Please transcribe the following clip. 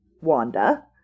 Wanda